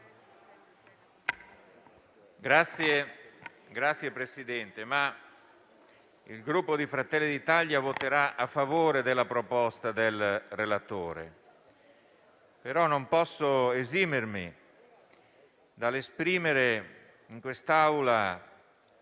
Signor Presidente, il Gruppo Fratelli d'Italia voterà a favore della proposta del relatore, ma non posso esimermi dall'esprimere in quest'Aula